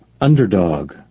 underdog